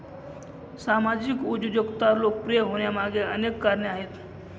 सामाजिक उद्योजकता लोकप्रिय होण्यामागे अनेक कारणे आहेत